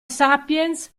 sapiens